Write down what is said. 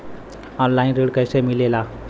Online ऋण कैसे मिले ला?